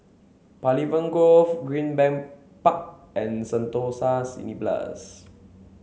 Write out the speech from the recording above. Pavilion Grove Greenbank Park and Sentosa